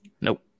Nope